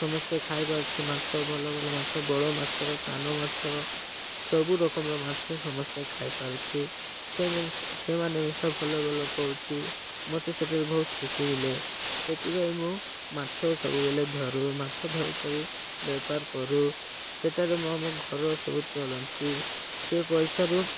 ସମସ୍ତେ ଖାଇପାରୁଛି ମାଛ ଭଲ ଭଲ ମାଛ ବଡ଼ ମାଛ ସାନ ମାଛ ସବୁ ରକମର ମାଛ ସମସ୍ତେ ଖାଇପାରୁଛି ସେମାନେ ସେମାନେ ମିଶ ଭଲ ଭଲ କରୁଛି ମତେ ସେଠାରେ ବହୁତ ଖୁସି ମିଳେ ସେଥିପାଇଁ ମୁଁ ମାଛ ସବୁବେଳେ ଧରୁ ମାଛ ଧରିକରି ବେପାର କରୁ ସେଠାରେ ମୋ ଆମ ଘର ସବୁ ଚଳନ୍ତି ସେ ପଇସାରୁ